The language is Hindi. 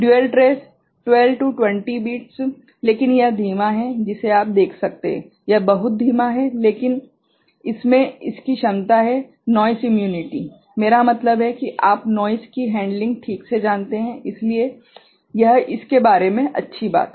डुयल ट्रेस 12 20 बिट्स लेकिन यह धीमा है जिसे आप देख सकते हैं यह बहुत धीमा है लेकिन इसमें इस की क्षमता है - नोइस इम्यूनिटी मेरा मतलब है कि आप नोइस की हेंडलिंग ठीक से जानते हैं इसलिए यह इसके बारे में अच्छी बात है